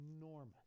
enormous